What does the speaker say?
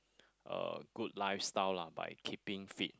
a good lifestyle lah by keeping fit